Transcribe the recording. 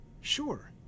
sure